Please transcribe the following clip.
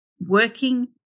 working